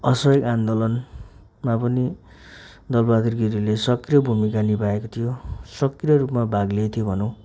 असहयोग आन्दोलनमा पनि दल बहादुर गिरीले सक्रिय भूमिका निभाएको थियो सक्रिय रूपमा भाग लिएको थियो भनौँ